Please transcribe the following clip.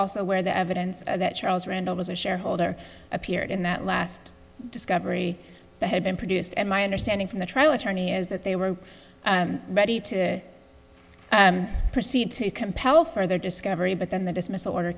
also where the evidence that charles rangel was a shareholder appeared in that last discovery that had been produced and my understanding from the trial attorney is that they were ready to proceed to compel further discovery but then the dismissal order